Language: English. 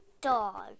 Dog